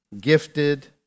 gifted